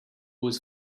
was